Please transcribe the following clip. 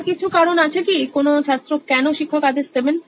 আর কিছু কারণ আছে কি কেনো ছাত্র কেনো শিক্ষক আদেশ দেবেন